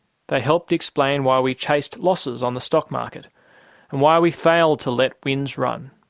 they helped explain why we chased losses on the stock market and why we failed to let wins run.